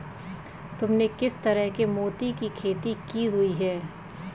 तुमने किस तरह के मोती की खेती की हुई है?